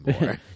more